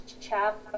Chap